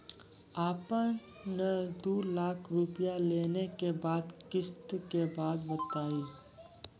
आपन ने दू लाख रुपिया लेने के बाद किस्त के बात बतायी?